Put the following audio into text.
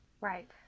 Right